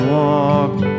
walk